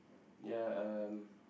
ya um